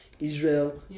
Israel